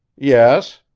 yes.